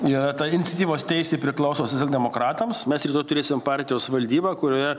yra ta iniciatyvos teisė priklauso socialdemokratams mes rytoj turėsim partijos valdybą kurioje